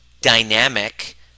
dynamic